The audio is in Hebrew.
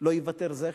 לא ייוותר זכר.